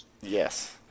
Yes